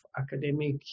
academic